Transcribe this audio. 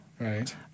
Right